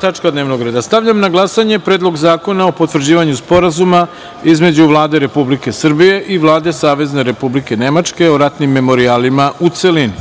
tačka dnevnog reda. Stavljam na glasanje Predlog zakona o potvrđivanju Sporazuma između Vlade Republike Srbije i Vlade Savezne Republike Nemačke o ratnim memorijalima, u celini.